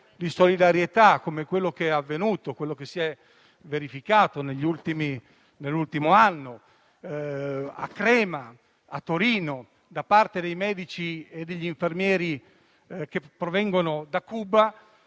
di solidarietà, come quello che si è verificato nell'ultimo anno a Crema e a Torino, da parte dei medici e degli infermieri che provengono da Cuba,